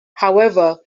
however